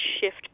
shift